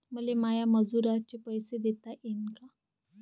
मले माया मजुराचे पैसे देता येईन का?